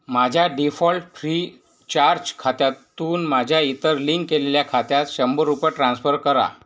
माझ्या default Freecharge खात्यातून माझ्या इतर लिंक केलेल्या खात्यात शंभर रुपये ट्रान्स्फर करा